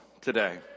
today